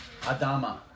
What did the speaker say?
Adama